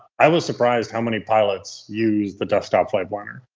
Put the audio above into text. i was surprised how many pilots use the desktop flight planner.